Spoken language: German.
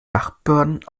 nachbarn